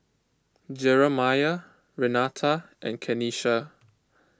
Jeramiah Renata and Kenisha